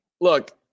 Look